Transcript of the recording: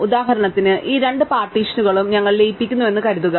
ഉദാഹരണത്തിന് ഈ രണ്ട് പാർട്ടീഷനുകളും ഞങ്ങൾ ലയിപ്പിക്കുന്നുവെന്ന് കരുതുക